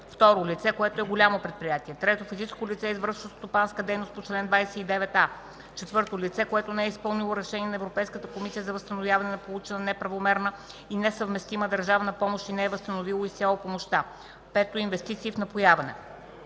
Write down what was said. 2. лице, което е голямо предприятие; 3. физическо лице, извършващо стопанска дейност по чл. 29а; 4. лице, което не е изпълнило решение на Европейската комисия за възстановяване на получена неправомерна и несъвместима държавна помощ и не е възстановило изцяло помощта; 5. инвестиции в напояване.”